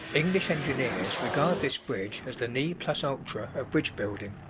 english engineers regard this bridge as the ne plus ultra of bridge-building.